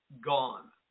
gone